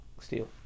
steel